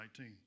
19